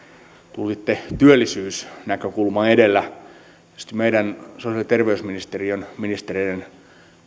tulitte työllisyysnäkökulma edellä sitten meidän sosiaali ja terveysministeriön ministereiden